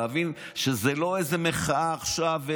להבין שזה לא איזו מחאה עכשיו,